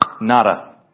Nada